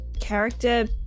character